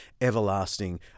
everlasting